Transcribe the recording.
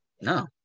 No